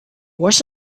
was